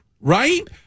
Right